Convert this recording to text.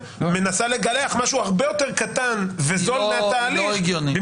מנסה לגלח משהו הרבה יותר קטן וזול מהתהליך,